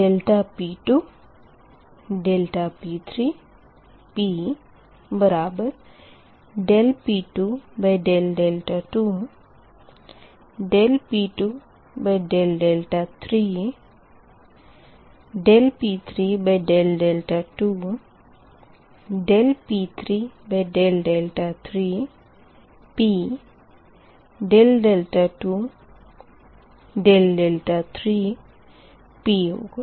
∆P2 ∆P3 dP2d2 dP2d3 dP3d2 dP3d3 ∆2 ∆3 होगा